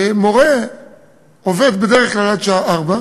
מורה עובד עד השעה 16:00